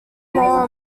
moral